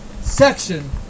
section